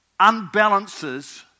unbalances